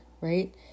right